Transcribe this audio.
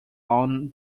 own